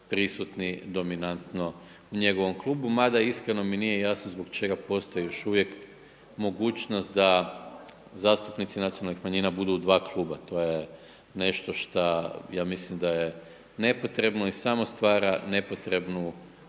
prisutni dominantno u njegovom klubu, ma da, iskreno mi nije jasno zbog čega postoji još uvijek mogućnost da zastupnici nacionalnih manjina budu u dva kluba, to je nešto što, ja mislim da je nepotrebno i samo stvara nepotrebnu